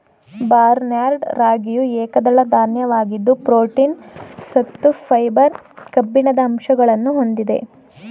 barnyard ರಾಗಿಯು ಏಕದಳ ಧಾನ್ಯವಾಗಿದ್ದು ಪ್ರೋಟೀನ್, ಸತ್ತು, ಫೈಬರ್, ಕಬ್ಬಿಣದ ಅಂಶಗಳನ್ನು ಹೊಂದಿದೆ